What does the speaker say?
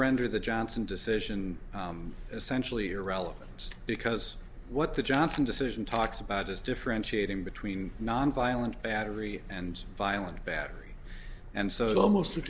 render the johnson decision essentially irrelevant because what the johnson decision talks about is differentiating between nonviolent battery and violent battery and so it's almost